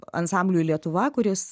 ansambliui lietuva kuris